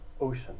Ocean